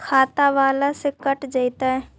खाता बाला से कट जयतैय?